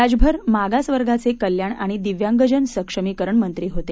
राजभर मागासवर्गाचे कल्याण आणि दिव्यांगजन सक्षमीकरण मंत्री होते